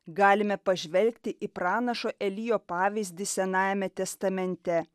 galime pažvelgti į pranašo elijo pavyzdį senajame testamente